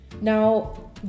Now